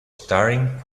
staring